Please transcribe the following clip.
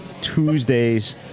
Tuesdays